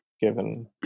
given